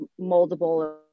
moldable